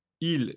Il